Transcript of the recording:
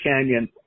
Canyon